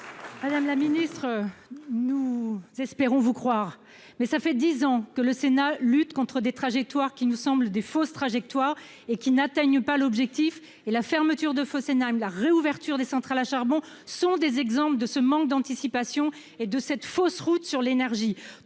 pour la réplique. Nous voudrions vous croire, mais cela fait dix ans que le Sénat lutte contre des trajectoires qui sont de fausses trajectoires, puisque nous n'atteignons jamais l'objectif. La fermeture de Fessenheim, la réouverture des centrales à charbon sont des exemples de ce manque d'anticipation et de cette fausse route sur l'énergie.